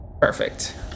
Perfect